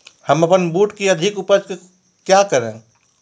हम अपन बूट की अधिक उपज के क्या करे?